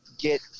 get